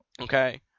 Okay